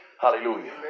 Hallelujah